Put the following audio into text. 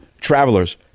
travelers